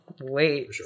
wait